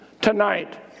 tonight